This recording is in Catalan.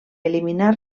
eliminar